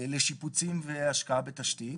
לשיפוצים והשקעה בתשתית.